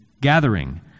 gathering